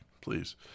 Please